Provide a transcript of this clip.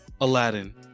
aladdin